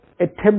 attempt